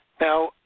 Now